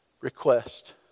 request